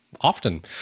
Often